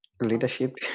leadership